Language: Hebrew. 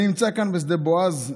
"אני נמצא כאן בשדה בועז,